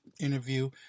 interview